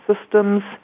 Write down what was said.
systems